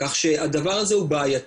כך שהדבר הזה הוא בעייתי.